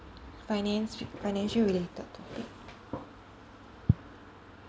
finance f~ financial related topic